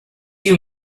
you